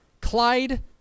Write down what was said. Clyde